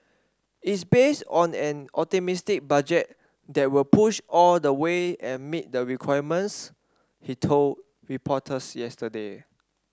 is based on an optimistic budget there will push all the way and meet the requirements he told reporters yesterday